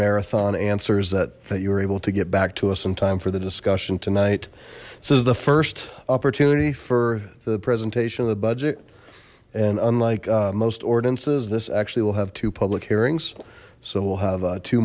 marathon answers that you were able to get back to us on time for the discussion tonight this is the first opportunity for the presentation of the budget and unlike most ordinances this actually will have two public hearings so we'll have